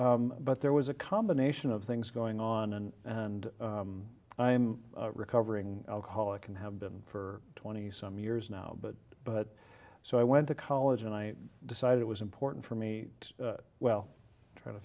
that but there was a combination of things going on and and i'm a recovering alcoholic and have been for twenty some years now but but so i went to college and i decided it was important for me well try